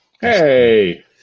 hey